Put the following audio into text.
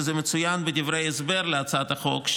וזה מצוין בדברי ההסבר להצעת החוק,